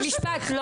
ברשותך.